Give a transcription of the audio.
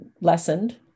lessened